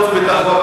נצרף אותך.